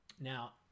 Now